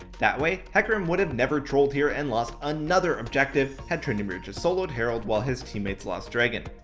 that way, hecarim would have never trolled here and lost another objective, had tryndamere just solo'd herald while his teammates lost dragon.